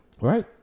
Right